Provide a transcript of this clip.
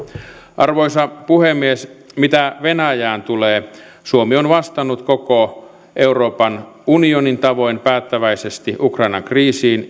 arvoisa puhemies mitä venäjään tulee suomi on vastannut koko euroopan unionin tavoin päättäväisesti ukrainan kriisiin